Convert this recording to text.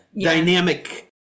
dynamic